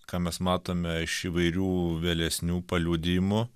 ką mes matome iš įvairių vėlesnių paliudijimų